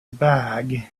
bag